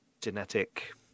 genetic